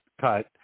cut